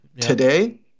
today